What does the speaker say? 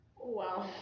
Wow